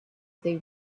they